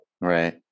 Right